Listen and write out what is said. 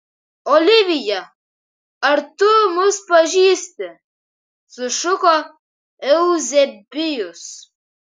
olivija ar tu mus pažįsti sušuko euzebijus